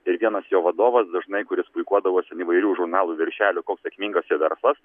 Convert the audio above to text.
ir vienas jo vadovas dažnai kuris puikuodavosi an įvairių žurnalų viršelių koks sėkmingas jo verslas